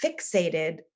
fixated